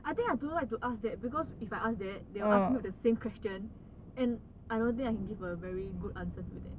I think I don't like to ask that because if I ask that they will ask me the same questions and I don't think I can give a very good answer to that